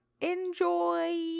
enjoy